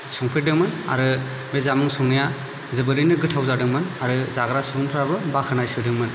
संफेरदोंमोन आरो बे जामुं संनाया जोबोरैनो गोथाव जादोंमोन आरो जाग्रा सुबुंफ्राबो बाख्नायसोदोंमोन